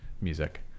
music